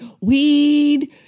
weed